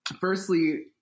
firstly